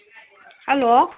hello